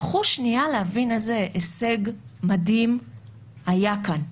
קחו שנייה להבין איזה הישג מדהים היה כאן.